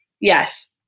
Yes